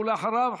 ואחריו,